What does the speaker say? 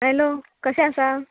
hello कशें आसा